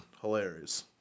hilarious